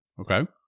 Okay